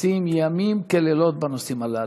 עושים לילות כימים בנושאים הללו.